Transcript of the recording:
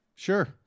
Sure